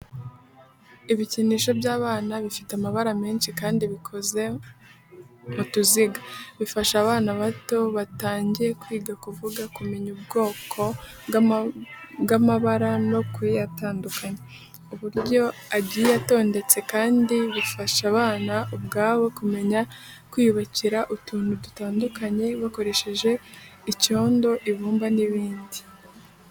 Ibikinisho by’abana bifite amabara menshi kandi bikoze mu tuziga. Bifasha abana bato batangiye kwiga kuvuga, kumenya ubwoko bw'amabara no kuyatandukanya. Uburyo agiye atondetse kandi bufasha abana ubwabo kumenya kwiyubakira utuntu dutandukanye bakoresheje icyondo, ibumba n'ibindi.